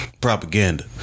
propaganda